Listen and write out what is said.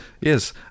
Yes